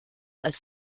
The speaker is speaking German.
als